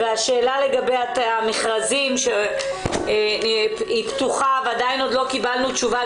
והשאלה לגבי המכרזים שהיא פתוחה ועדיין לא קיבלנו תשובה,